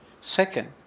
Second